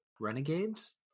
Renegades